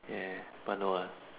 ya but no ah